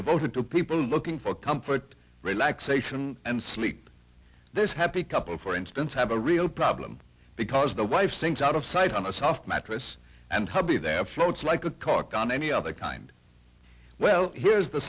devoted to people looking for comfort relaxation and sleep this happy couple for instance have a real problem because the wife sinks out of sight on a soft mattress and hubby there floats like a cocked on any other kind well here's the